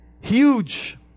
huge